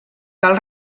cal